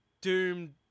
doomed